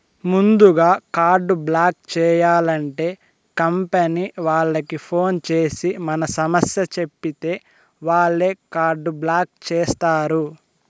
ముందుగా card block చేయాలంటే company వాళ్లకి ఫోన్ చేసి మన సమస్య చెప్పితే వాళ్లే కార్డు బ్లాక్ చేస్తారు